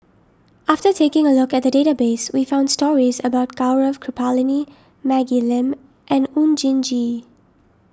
after taking a look at the database we found stories about Gaurav Kripalani Maggie Lim and Oon Jin Gee